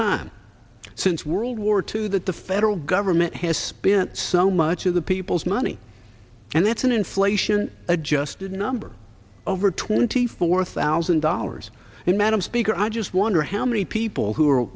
time since world war two that the federal government has spent so much of the people's money and that's an inflation adjusted number over twenty four thousand dollars and madam speaker i just wonder how many people who are